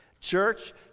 Church